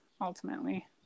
ultimately